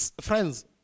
Friends